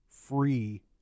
free